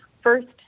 first